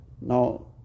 Now